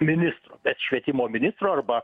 ministro bet švietimo ministro arba